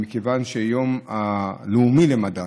מכיוון שהיום זה היום הלאומי למדע,